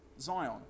zion